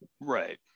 Right